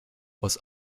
was